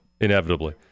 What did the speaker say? inevitably